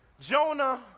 Jonah